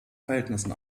verhältnissen